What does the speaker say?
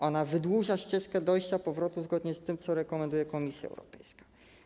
Ona wydłuża ścieżkę dojścia powrotu zgodnie z tym, co rekomenduje Komisja Europejska.